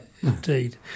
Indeed